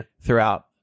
throughout